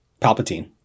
Palpatine